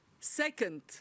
Second